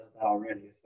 already